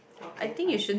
okay fine